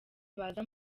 baza